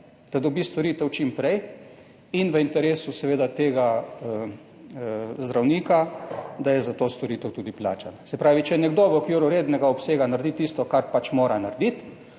da dobi storitev čim prej in v interesu seveda tega zdravnika, da je za to storitev tudi plačan. Se pravi, če nekdo v okviru rednega obsega naredi tisto, kar pač mora narediti,